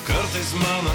kartais mama